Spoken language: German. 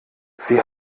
sie